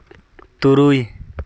ᱛᱩᱨᱩᱭ